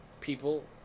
people